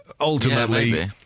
ultimately